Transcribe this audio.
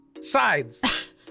Sides